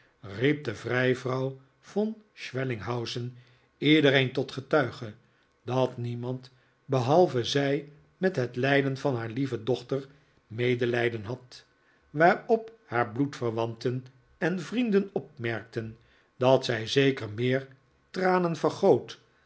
riep de vrijvrouw von schwellinghausen iedereen tot getuige dat niemand behalve zij met het lijden van haar lieve dochter medelijden had waarop haar bloedverwanten en vrienden opmerkten dat zij zeker rheer tranen